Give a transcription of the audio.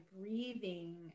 breathing